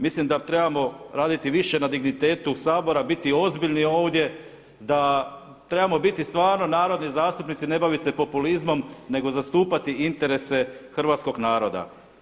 Mislim da trebamo raditi više na dignitetu Sabora, biti ozbiljni ovdje, da trebamo biti stvarno narodni zastupnici, ne bavit se populizmom, nego zastupati interese hrvatskog naroda.